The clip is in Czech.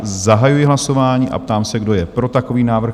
Zahajuji hlasování a ptám se, kdo je pro takový návrh?